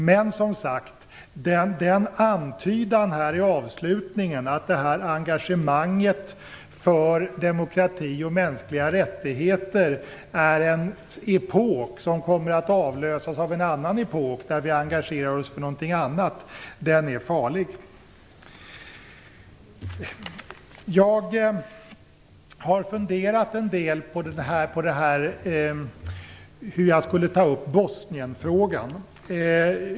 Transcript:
Men, som sagt, den antydan som finns i avslutningen, att engagemanget för demokrati och mänskliga rättigheter är en epok som kommer att avlösas av en annan epok där vi engagerar oss för någonting annat, är farlig. Jag har funderat en del på hur jag skulle ta upp Bosnienfrågan.